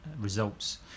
results